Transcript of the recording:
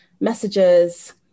messages